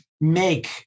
make